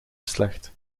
slecht